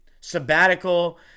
sabbatical